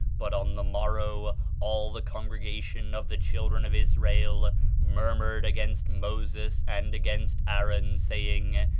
but on the morrow all the congregation of the children of israel murmured against moses and against aaron, saying,